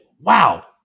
Wow